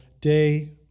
day